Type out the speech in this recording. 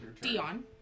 Dion